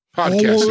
Podcast